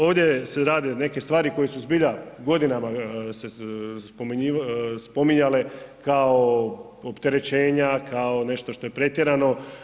Ovdje se rade neke stvari koje su zbilja godinama se spominjale kao opterećenja, kao nešto što je pretjerano.